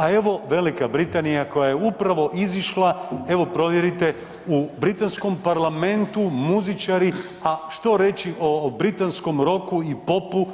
A evo Velika Britanija koja je upravo izišla evo provjerite u britanskom Parlamentu muzičari, a što reći o britanskom rocku i popu